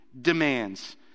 demands